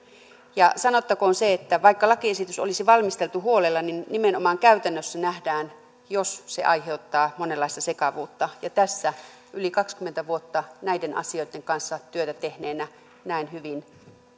sanottakoon se että vaikka lakiesitys olisi valmisteltu huolella niin nimenomaan käytännössä nähdään jos se aiheuttaa monenlaista sekavuutta tässä yli kaksikymmentä vuotta näiden asioitten kanssa työtä tehneenä näen hyvin